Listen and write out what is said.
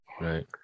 Right